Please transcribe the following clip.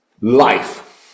life